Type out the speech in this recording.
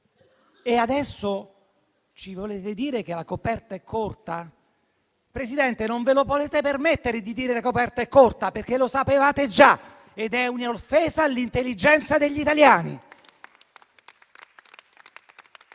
e adesso ci volete dire che la coperta è corta? Presidente, non ve lo potete permettere di dire che la coperta è corta, perché lo sapevate già ed è un'offesa all'intelligenza degli italiani.